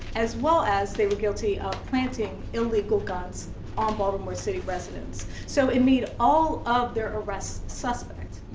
as well as they were guilty of planting illegal guns on baltimore city residents. so, it made all of their arrests suspect.